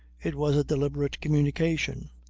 it was a deliberate communication.